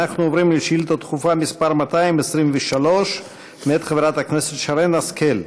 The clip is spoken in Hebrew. אנחנו עוברים לשאילתה דחופה מס' 223 מאת חברת הכנסת שרן השכל,